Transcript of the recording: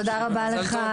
תודה רבה לך,